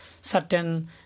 certain